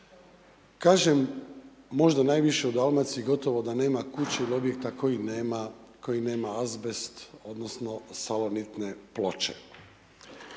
Kažem, možda najviše u Dalmaciji, gotovo da nema kuće ili objekta koji nema azbest, odnosno salonitne ploče.